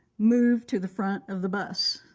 move to the front of the bus.